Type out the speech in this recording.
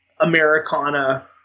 Americana